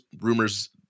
Rumors